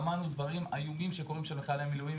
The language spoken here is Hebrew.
שמענו דברים איומים שקורים שם לחיילי מילואים,